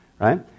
right